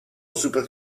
super